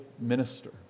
minister